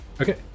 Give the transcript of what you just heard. Okay